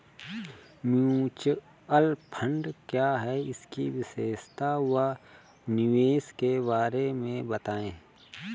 Mutual fund क्या है इसकी विशेषता व निवेश के बारे में बताइये?